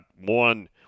one